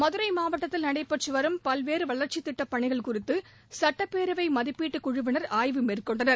மதுரை மாவட்டத்தில் நடைபெற்றுவரும் பல்வேறு வளர்ச்சித் திட்டப் பணிகள் குறித்து சட்டப்பேரவை மதிப்பீட்டு குழுவினர் ஆய்வு மேற்கொண்டனர்